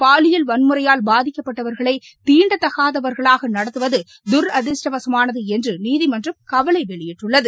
பாலியல் வன்முறையால் பாதிக்கப்பட்டவா்களை தீண்டத்தகாதவா்களாக நடத்துவது தரதிஷ்டவசமானது என்று நீதிமன்றம் கவலை வெளியிட்டுள்ளது